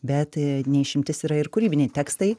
bet ne išimtis yra ir kūrybiniai tekstai